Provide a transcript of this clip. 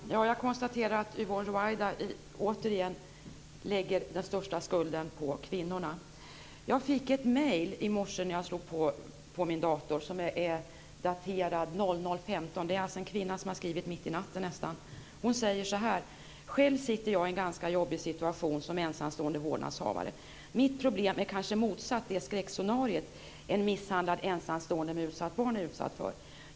Tack, fru talman! Jag konstaterar att Yvonne Ruwaida återigen lägger den största skulden på kvinnorna. Jag fick ett e-brev när jag i morse slog på min dator. Det är daterat kl. 00.15. Det är en kvinna som alltså har skrivit mitt i natten. Hon skriver så här: Själv sitter jag i en ganska jobbig situation som ensamstående vårdnadshavare. Mitt problem är kanske motsatt det skräckscenario en misshandlad ensamstående med barn är utsatt för.